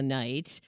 night